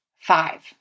Five